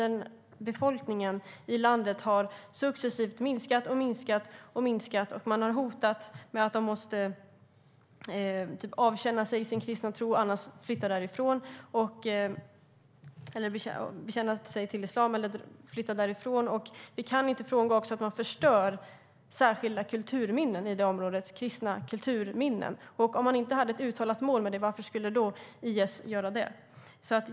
Den delen av landets befolkning har successivt minskat och minskat, och man har hotat dem - de måste avsäga sig sin kristna tro och bekänna sig till islam eller flytta därifrån. Vi kan inte heller komma ifrån att man förstör särskilda kulturminnen i det området - kristna kulturminnen. Om IS inte hade ett uttalat mål med det, varför skulle man då göra det?